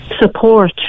support